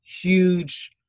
huge